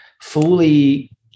fully